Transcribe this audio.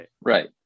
Right